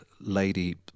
lady